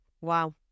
wow